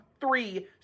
three